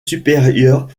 supérieurs